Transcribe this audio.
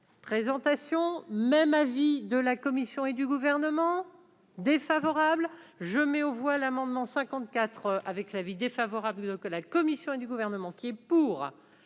présentation, même avis de la commission et du Gouvernement défavorable je mets aux voix l'amendement 54 avec l'avis défavorable que la Commission et du gouvernement qui est. Pour